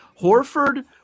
Horford